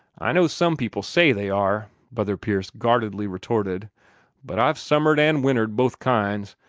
i know some people say they are, brother pierce guardedly retorted but i've summered an' wintered both kinds,